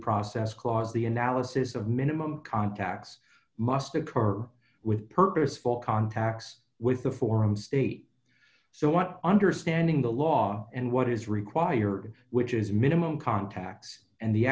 process clause the analysis of minimum contacts must occur with purposeful contacts with the foreign state so what understanding the law and what is required which is minimal contacts and the